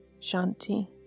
Shanti